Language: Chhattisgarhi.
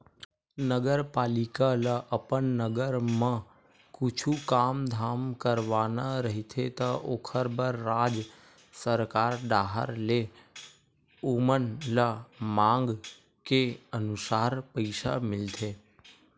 नगरपालिका ल अपन नगर म कुछु काम धाम करवाना रहिथे त ओखर बर राज सरकार डाहर ले ओमन ल मांग के अनुसार पइसा मिलथे